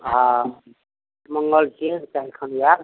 हँ मङ्गल छी काल्हि खन आएब